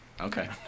Okay